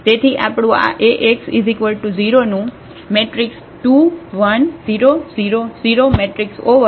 તેથી આપણું આ Ax 0 નું સોલ્યુશન બનશે